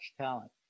talent